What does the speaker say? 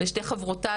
לשתי חברותי,